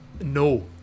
No